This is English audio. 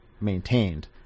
maintained